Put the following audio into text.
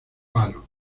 palo